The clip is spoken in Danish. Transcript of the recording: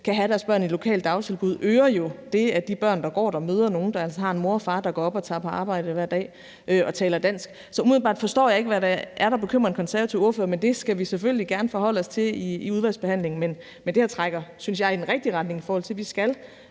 kan have deres børn i et lokalt dagtilbud, jo sandsynligheden for, at de børn, der går der, møder nogen, der altså har en mor og far, der står op og går på arbejde hver dag og taler dansk. Så umiddelbart forstår jeg ikke, hvad det er, der bekymrer den konservative ordfører, men det skal vi selvfølgelig gerne forholde os til i udvalgsbehandlingen. Det her trækker, synes jeg, i den rigtige retning, i forhold til at vi skal